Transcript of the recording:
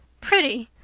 pretty!